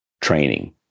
training